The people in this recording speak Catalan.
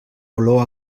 olor